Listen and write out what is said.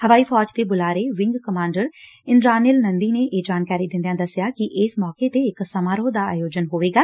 ਹਵਾਈ ਫੌਜ ਦੇ ਬੁਲਾਰੇ wing commander Indranil Nandi ਨੇ ਇਹ ਜਾਣਕਾਰੀ ਦਿੰਦਿਆਂ ਦਸਿਆ ਕਿ ਇਸ ਮੌਕੇ ਤੇ ਇਕ ਸਮਾਰੋਹ ਦਾ ਆਯੋਜਨ ਹੋਵੇਗਾ